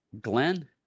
Glenn